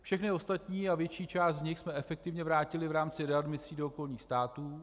Všechny ostatní a větší část z nich jsme efektivně vrátili v rámci readmisí do okolních států.